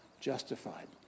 justified